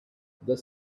the